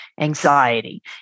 anxiety